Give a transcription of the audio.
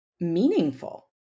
meaningful